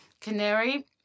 Canary